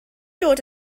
dod